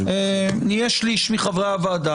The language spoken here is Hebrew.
נהיה שליש מחברי הוועדה,